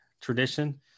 tradition